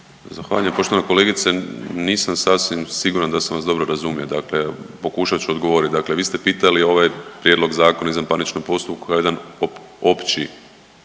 Zahvaljujem. Poštovana kolegice, nisam sasvim siguran da sam vas dobro razumio, dakle pokušat ću odgovorit, dakle vi ste pitali ovo je prijedlog Zakona o izvanparničnom postupku kao jedan opći